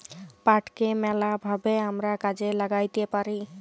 পাটকে ম্যালা ভাবে আমরা কাজে ল্যাগ্যাইতে পারি